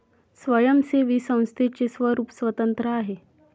स्वयंसेवी संस्थेचे स्वरूप स्वतंत्र आहे